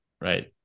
right